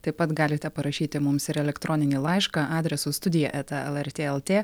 taip pat galite parašyti mums ir elektroninį laišką adresu studija eta lrt lt